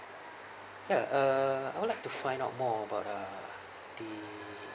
ya uh I would like to find out more about uh the